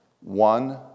one